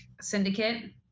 Syndicate